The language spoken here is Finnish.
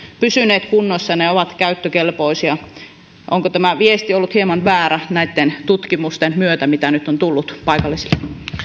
pysyneet kunnossa ja ovat käyttökelpoisia onko ollut hieman väärä näitten tutkimusten myötä tämä viesti mitä nyt on tullut paikallisille